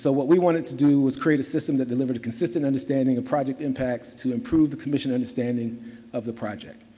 so what we wanted to do was create a system that delivered a consistent understanding of project impacts to improve the commission understanding of the project.